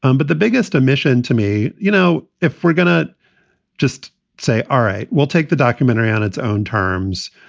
um but the biggest admission to me, you know, if we're going to just say, all right, we'll take the documentary on its own terms,